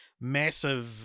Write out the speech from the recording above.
massive